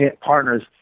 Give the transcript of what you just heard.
partners